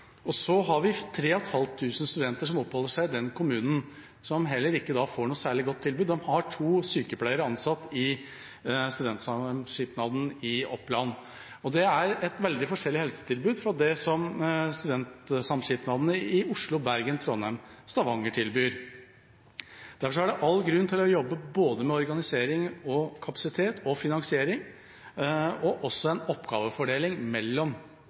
og så har vi 3 500 studenter som oppholder seg i den kommunen, som heller ikke får noe særlig godt tilbud. De har to sykepleiere ansatt i Studentsamskipnaden i Oppland. Det er et veldig forskjellig helsetilbud fra det som studentsamskipnadene i Oslo, Bergen, Trondheim og Stavanger tilbyr. Derfor er det all grunn til å jobbe med både organisering, kapasitet og finansiering, og også med en oppgavefordeling mellom